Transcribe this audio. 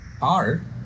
hard